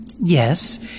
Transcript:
Yes